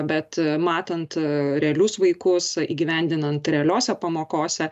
bet matant realius vaikus įgyvendinant realiose pamokose